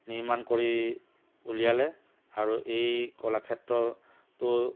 নিৰ্মাণ কৰি উলিয়ালে আৰু এই কলাক্ষেত্ৰটো